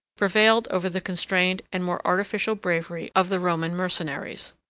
prevailed over the constrained and more artificial bravery of the roman mercenaries.